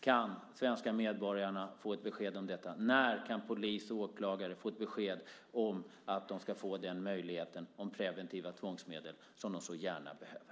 kan de svenska medborgarna få ett besked om detta, och när kan polis och åklagare få ett besked om att de ska få den här möjligheten med preventiva tvångsmedel som de så väl behöver?